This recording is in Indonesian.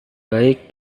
baik